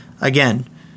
again